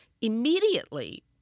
immediately